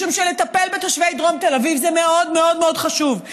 משום שלטפל בתושבי דרום תל אביב זה מאוד מאוד מאוד חשוב,